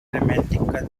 dramatic